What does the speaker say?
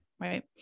Right